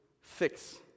fix